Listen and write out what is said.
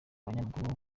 banyamakuru